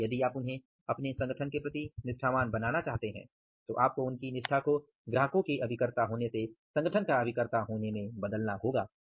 अतः यदि आप उन्हें अपने संगठन के प्रति निष्ठावान बनाना चाहते हैं तो आपको उनकी निष्ठां को ग्राहकों के अभिकर्ता होने से संगठन का अभिकर्ता होने में बदलना होगा